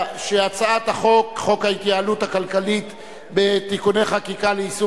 הצעת חוק ההתייעלות הכלכלית (תיקוני חקיקה ליישום